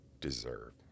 deserve